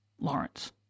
Lawrence